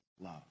love